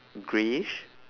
greyish